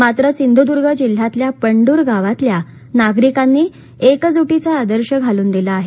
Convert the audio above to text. मात्र सिंधुदूर्ग जिल्ह्यातल्या पणदूर गावातल्या नागरिकांनी एकजुटीचा आदर्श घालून दिला आहे